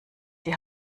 die